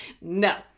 no